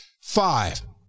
Five